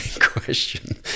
question